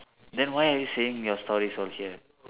then why are you saying your stories all here